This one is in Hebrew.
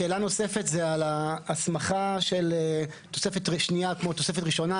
שאלה נוספת זה על ההסמכה של תוספת שנייה כמו תוספת ראשונה,